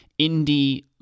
indie